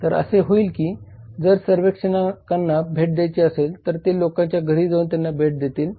तर असे होईल की जर सर्वेक्षकांना भेट दयायची असेल तर ते लोकांच्या घरी जाऊन त्यांना भेट देतील